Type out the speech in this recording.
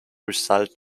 result